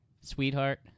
Sweetheart